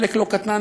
חלק לא קטן,